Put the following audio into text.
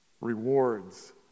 Rewards